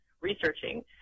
researching